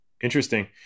Interesting